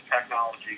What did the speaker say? technology